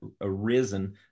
arisen